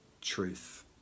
truth